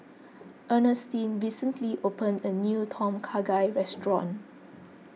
Earnestine recently opened a new Tom Kha Gai restaurant